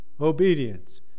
Obedience